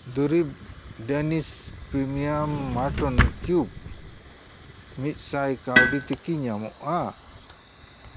ᱫᱩᱨᱤᱵᱽ ᱰᱮᱱᱤᱥ premium mutton cubes ᱢᱤᱫᱥᱟᱭ ᱠᱟᱹᱣᱰᱤ ᱛᱮᱠᱤ ᱧᱟᱢᱚᱜᱼᱟ